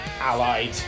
allied